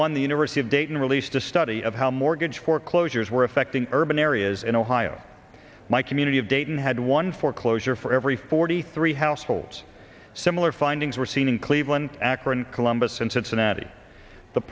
one the university of dayton released a study of how mortgage foreclosures were affecting urban areas in ohio my community of dayton had one foreclosure for every forty three households similar findings were seen in cleveland akron columbus and cincinnati the